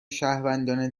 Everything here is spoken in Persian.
شهروندان